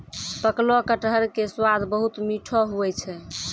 पकलो कटहर के स्वाद बहुत मीठो हुवै छै